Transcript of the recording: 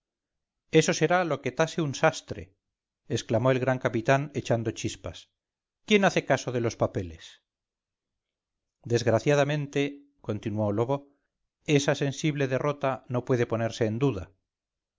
eso será lo que tase un sastre exclamó el gran capitán echando chispas quién hace caso de los papeles desgraciadamente continuó lobo esa sensible derrota no puede ponerse en duda